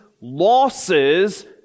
losses